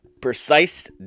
precise